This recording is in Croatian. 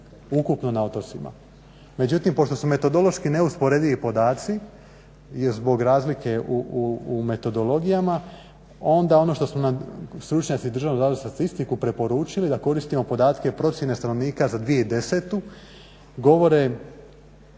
ukupno na otocima. Međutim pošto su metodološki neusporedivi podaci i zbog razlike u metodologijama onda ono što su nam stručnjaci DSZ-a preporučili da koristimo podatke procjene stanovnika za 2010.govore